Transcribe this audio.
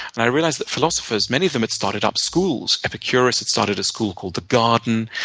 and i realized that philosophers, many of them had started up schools. epicurus had started a school called the garden.